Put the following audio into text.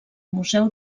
museu